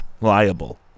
Liable